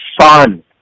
fun